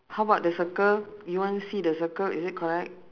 how about the circle you want to see the circle is it correct